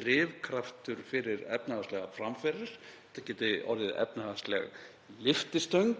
drifkraftur fyrir efnahagslegar framfarir, orðið efnahagsleg lyftistöng